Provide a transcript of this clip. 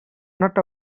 not